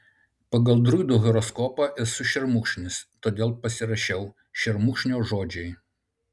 pagal druidų horoskopą esu šermukšnis todėl pasirašiau šermukšnio žodžiai